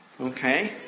Okay